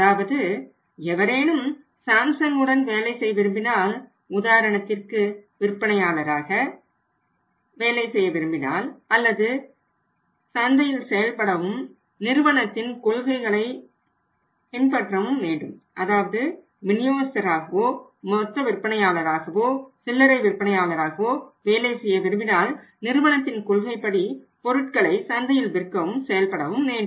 அதாவது எவரேனும் சாம்சங் உடன் வேலை செய்ய விரும்பினால் உதாரணத்திற்கு விநியோகஸ்தராகவோ மொத்த விற்பனையாளராகவோ சில்லறை விற்பனையாளராகவோ வேலை செய்ய விரும்பினால் நிறுவனத்தின் கொள்கைகளின்படி பொருட்களை சந்தையில் விற்கவும் செயல்படவும் வேண்டும்